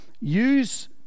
use